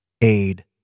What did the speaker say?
Aid